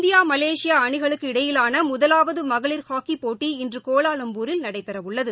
இந்தியாமலேசியாஅணிகளுக்கு இடையிலானமுதலாவதுமகளிர் ஹாக்கிபோட்டி இன்றுகோலாவம்பூரில் நடைபெறஉள்ளது